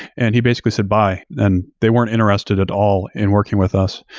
and he basically said, bye, and they weren't interested at all in working with us.